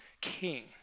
king